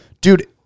Dude